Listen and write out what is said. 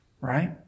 Right